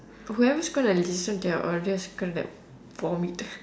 whoever is gonna listen to our audio is gonna vomit